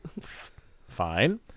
fine